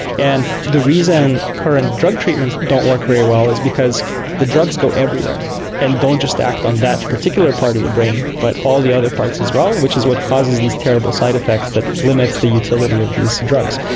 and the reason current drug treatments don't work very well is because the drugs go everywhere and don't just act on that particular part of the brain but all the other parts as well, which is what causes these terrible side-effects that limits the utility of these drugs.